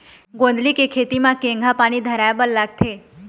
गोंदली के खेती म केघा पानी धराए बर लागथे?